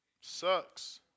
Sucks